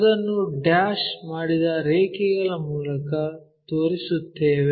ಅದನ್ನು ಡ್ಯಾಶ್ ಮಾಡಿದ ರೇಖೆಗಳ ಮೂಲಕ ತೋರಿಸುತ್ತೇವೆ